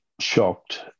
shocked